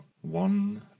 One